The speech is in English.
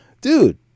dude